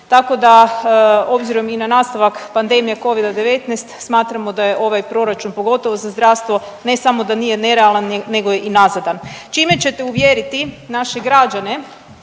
tako da obzirom i na nastavak pandemije Covid-19 smatramo da je ovaj proračun pogotovo za zdravstvo ne samo da nije nerealan nego je i nazadan. Čime ćete uvjeriti naše građane